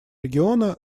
региона